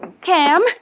Cam